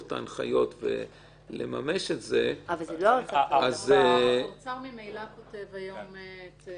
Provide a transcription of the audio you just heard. את ההנחיות ולממש את זה -- ממילא האוצר כותב היום.